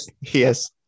Yes